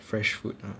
fresh food lah